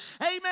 Amen